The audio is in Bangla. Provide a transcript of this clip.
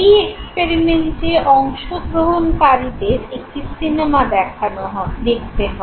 এই এক্সপেরিমেন্টে অংশগ্রহণকারীদের একটি সিনেমা দেখতে হয়